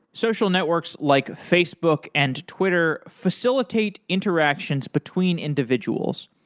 social networks like facebook and twitter facilitate interactions between individuals.